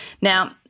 Now